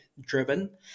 driven